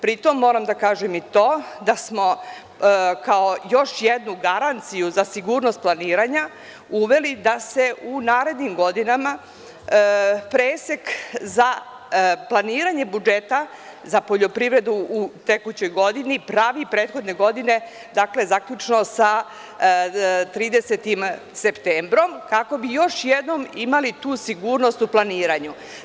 Pri tome moram da kažem i to da smo kao još jednu garanciju za sigurnost planiranja uveli da se u narednim godinama presek za planiranje budžeta za poljoprivredu u tekućoj godini pravi prethodne godine, zaključno sa 30. septembrom, kako bi još jednom imali tu sigurnost u planiranju.